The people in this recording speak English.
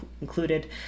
included